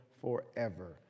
forever